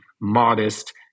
modest